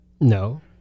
No